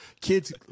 Kids